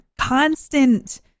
constant